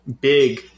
big